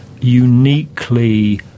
uniquely